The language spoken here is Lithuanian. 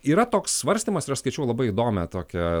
yra toks svarstymas ir aš skaičiau labai įdomią tokią